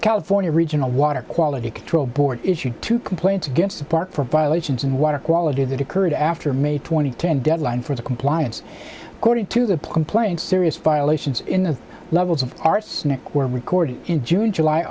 california regional water quality control board issued to complaints against the park for violations and water quality that occurred after may twenty ten deadline for compliance according to the complaint serious violations in the levels of arsenic were recorded in june july